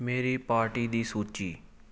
ਮੇਰੀ ਪਾਰਟੀ ਦੀ ਸੂਚੀ